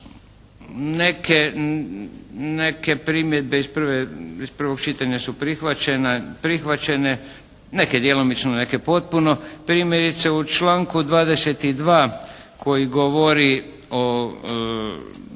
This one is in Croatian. Neke primjedbe iz prvog čitanja su prihvaćene, neke djelomično neke potpuno. Primjerice u članku 22. koji govori o